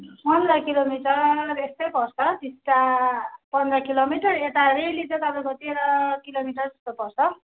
पन्ध्र किलोमिटर यस्तै पर्छ टिस्टा पन्ध्र किलोमिटर यता रेली चाहिँ तपाईँको तेह्र किलोमिटर जस्तो पर्छ